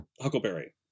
huckleberry